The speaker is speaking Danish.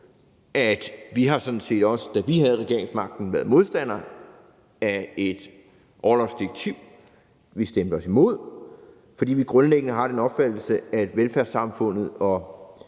at vi sådan set også, da vi havde regeringsmagten, var modstandere af et orlovsdirektiv. Vi stemte også imod, fordi vi grundlæggende har den opfattelse, at velfærdssamfundet og